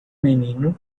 menino